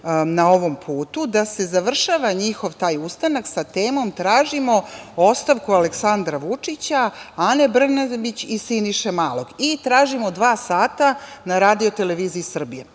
na ovom putu da se završava njihov taj ustanak sa temom - tražimo ostavku Aleksandra Vučića, Ana Brnabić i Siniše Malog i tražimo dva sata na RTS.